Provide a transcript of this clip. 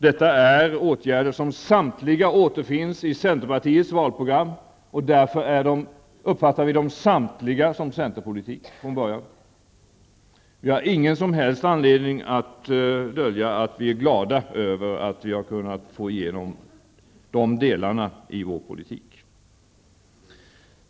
Detta är åtgärder som samtliga finns i centerns valprogram. Därför uppfattar vi dem samtliga som centerpolitik från början. Vi har ingen som helst anledning att dölja att vi är glada över att vi har kunnat få igenom de delarna i vår politik.